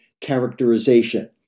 characterization